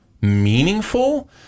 meaningful